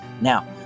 Now